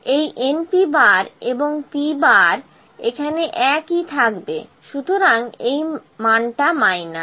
এই np এবং P এখানে একই থাকবে সুতরাং এই মানটা মাইনাস